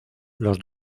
los